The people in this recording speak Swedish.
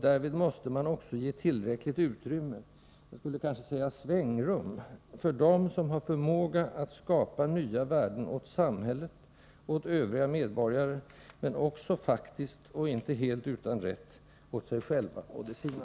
Därvid måste man också ge dem tillräckligt utrymme — jag skulle kanske säga svängrum — som har förmåga att skapa nya värden åt samhället, åt övriga medborgare men också, faktiskt, — och inte helt utan rätt — åt sig själva och de sina.